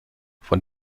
von